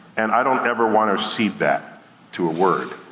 and i don't ever wanna cede that to a word.